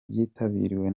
byitabiriwe